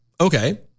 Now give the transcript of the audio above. Okay